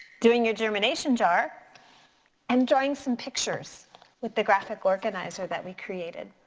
doing your germination jar and drawing some pictures with the graphic organizer that we created.